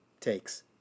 takes